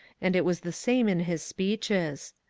and it was the same in his speeches.